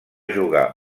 jugar